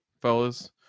Fellas